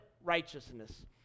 righteousness